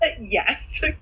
Yes